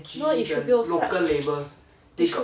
no it should be also like you should